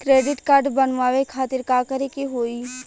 Credit card बनवावे खातिर का करे के होई?